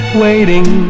waiting